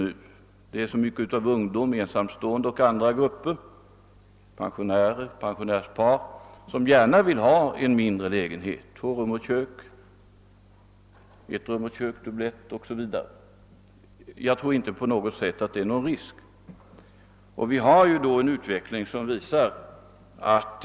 Det finns för närvarande många grupper av ungdomar, ensamstående, pensionärer och pensionärspar, som gärna vill ha mindre lägenheter, t.ex. två rum och kök, ett rum och kök, dubbletter osv. Utvecklingen visar även att det nu byggs ett ökat antal mindre lägenheter.